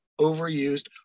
overused